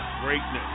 Greatness